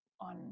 on